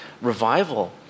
revival